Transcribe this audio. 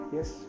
Yes